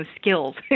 skills